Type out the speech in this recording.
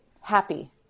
happy